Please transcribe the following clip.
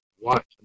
watch